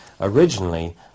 originally